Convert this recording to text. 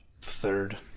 third